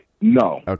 no